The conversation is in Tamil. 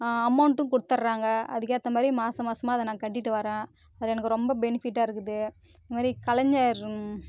அமௌண்ட்டும் கொடுத்தட்றாங்க அதுக்கேற்ற மாதிரி மாதம் மாதமா அதை நாங்கள் கட்டிகிட்டு வரேன் அது எனக்கு ரொம்ப பெனிஃபிட்டாக இருக்குது இது மாதிரி கலைஞர்